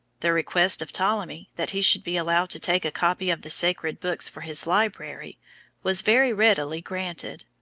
the request of ptolemy that he should be allowed to take a copy of the sacred books for his library was very readily granted.